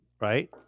right